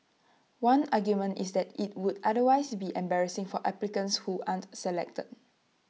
one argument is that IT would otherwise be embarrassing for applicants who aren't selected